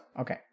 okay